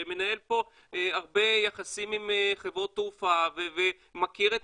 שמנהל פה הרבה יחסים עם חברות תעופה ומכיר את